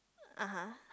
(uh huh)